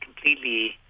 completely